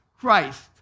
Christ